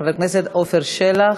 חבר הכנסת עפר שלח.